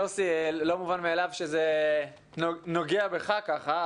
יוסי, זה לא מובן מאליו שזה נוגע בך ככה.